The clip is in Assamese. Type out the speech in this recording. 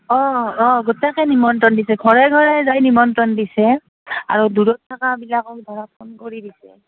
অঁ অঁ গোটেকে নিমন্ত্ৰণ দিছে ঘৰে ঘৰে যাই নিমন্ত্ৰণ দিছে আৰু দূৰত থকাবিলাকো ধৰাক ফোন কৰি দিছে